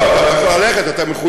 לא, אתה לא יכול ללכת, אתה מחויב.